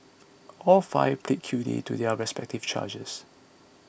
all five pleaded guilty to their respective charges